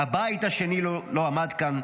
הבית השני לא עמד כאן,